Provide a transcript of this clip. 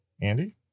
Andy